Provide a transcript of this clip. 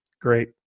great